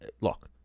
look